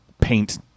paint